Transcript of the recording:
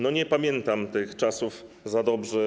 Nie pamiętam tych czasów za dobrze.